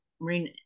marine